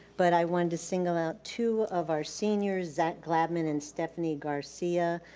but i wanted to single out two of our seniors, zach glabman and stephanie garcia,